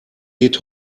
geht